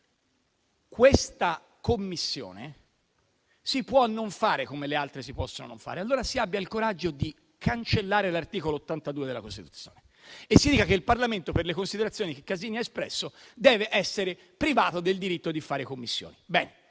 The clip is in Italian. questa Commissione si può non fare come le altre si possono non fare. Allora si abbia il coraggio di cancellare l'articolo 82 della Costituzione e si dica che il Parlamento, per le considerazioni che Casini ha espresso, deve essere privato del diritto di fare Commissioni.